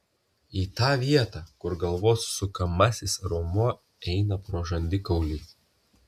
į tą vietą kur galvos sukamasis raumuo eina pro žandikaulį